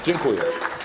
Dziękuję.